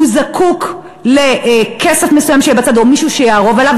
הוא זקוק לכסף מסוים שיהיה בצד או למישהו שיערוב עליו.